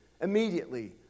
immediately